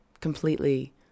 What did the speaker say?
completely